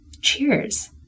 cheers